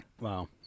wow